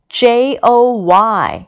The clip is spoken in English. joy